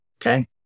okay